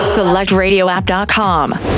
SelectRadioApp.com